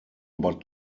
but